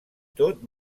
tot